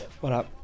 Voilà